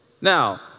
Now